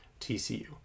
TCU